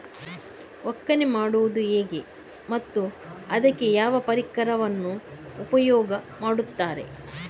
ಒಕ್ಕಣೆ ಮಾಡುವುದು ಹೇಗೆ ಮತ್ತು ಅದಕ್ಕೆ ಯಾವ ಪರಿಕರವನ್ನು ಉಪಯೋಗ ಮಾಡುತ್ತಾರೆ?